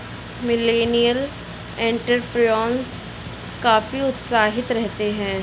millennial entrepreneur काफी उत्साहित रहते हैं